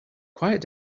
quiet